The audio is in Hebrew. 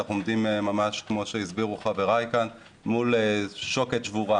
אנחנו עומדים ממש כפי שהסבירו חבריי כאן מול שוקת שבורה.